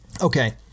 Okay